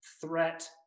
threat